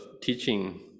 teaching